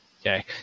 Okay